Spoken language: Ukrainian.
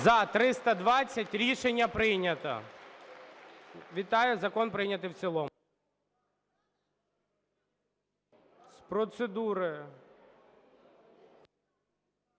За-320 Рішення прийнято. Вітаю. Закон прийнятий в цілому. З процедури…